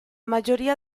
mayoría